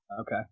Okay